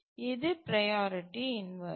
இது priority inversion